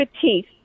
teeth